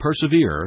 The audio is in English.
persevere